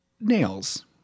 nails